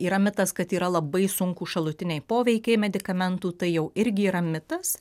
yra mitas kad yra labai sunkūs šalutiniai poveikiai medikamentų tai jau irgi yra mitas